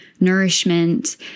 nourishment